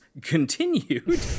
continued